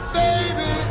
baby